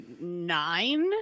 nine